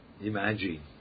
imagine